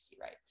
right